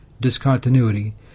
discontinuity